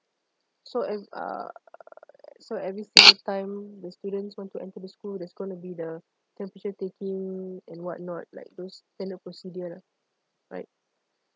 so and uh so every single time the student wants to enter the school that's gonna be the temperature taking and what not like those kind of procedures lah right